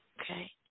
Okay